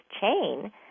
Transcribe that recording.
chain